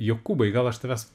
jokūbai gal aš tavęs